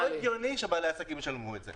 לא הגיוני שבעלי העסקים ישלמו את זה.